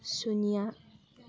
ꯁꯨꯅ꯭ꯌꯥ